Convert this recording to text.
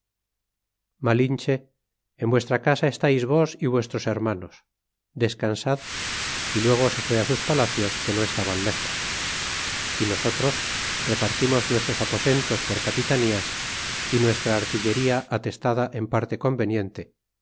malinche en vuestra casa estais vos y vuestros hermanos descansad y luego se fué sus palacios que do estaban lejos y nosotros repartimos nuestros aposentos por capitanías é nuestra artillería asestada en parte conveniente